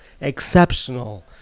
exceptional